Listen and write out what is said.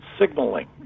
signaling